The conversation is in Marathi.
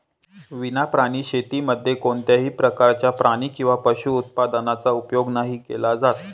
विना प्राणी शेतीमध्ये कोणत्याही प्रकारच्या प्राणी किंवा पशु उत्पादनाचा उपयोग नाही केला जात